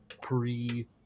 pre